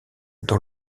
dans